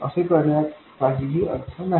असे करण्यात काहीही अर्थ नाही